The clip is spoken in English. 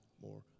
more